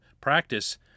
practice